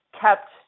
kept